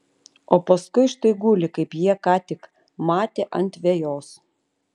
o paskui štai guli kaip jie ką tik matė ant vejos